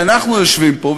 שאנחנו יושבים פה,